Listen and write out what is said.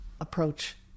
approach